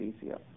easier